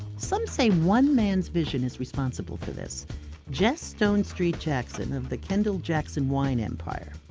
some say one man's vision is responsible for this jess stonestreet jackson of the kendall-jackson wine empire.